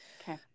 Okay